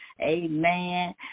Amen